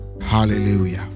Hallelujah